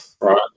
right